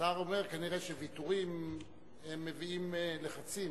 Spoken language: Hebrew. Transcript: השר אומר שכנראה ויתורים מביאים לחצים.